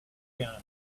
gun